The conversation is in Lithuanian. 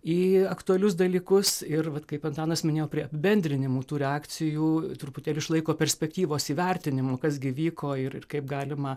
į aktualius dalykus ir vat kaip antanas minėjo prie bendrinimų tų reakcijų truputėlį išlaiko perspektyvos įvertinimų kas gi vyko ir ir kaip galima